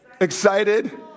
Excited